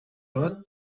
яваад